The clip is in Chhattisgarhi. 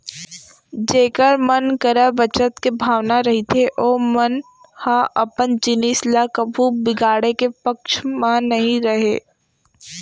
जेखर मन करा बचत के भावना रहिथे ओमन ह अपन जिनिस ल कभू बिगाड़े के पक्छ म नइ रहय